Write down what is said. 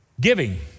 giving